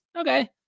Okay